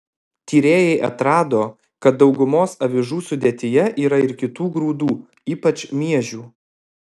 tyrėjai atrado kad daugumos avižų sudėtyje yra ir kitų grūdų ypač miežių